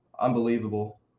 Unbelievable